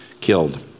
killed